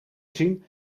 zien